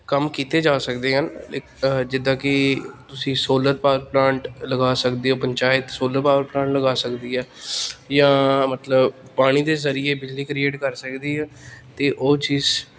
ਕੰਮ ਕੀਤੇ ਜਾ ਸਕਦੇ ਹਨ ਜਿੱਦਾਂ ਕਿ ਤੁਸੀਂ ਸੋਲਰ ਪ ਪਲਾਂਟ ਲਗਾ ਸਕਦੇ ਹੋ ਪੰਚਾਇਤ ਸੋਲਰ ਪਾਵਰ ਪਲਾਂਟ ਲਗਾ ਸਕਦੀ ਹੈ ਜਾਂ ਮਤਲਬ ਪਾਣੀ ਦੇ ਜ਼ਰੀਏ ਬਿਜਲੀ ਕ੍ਰੀਏਟ ਕਰ ਸਕਦੀ ਆ ਅਤੇ ਉਹ ਚੀਜ਼